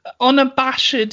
unabashed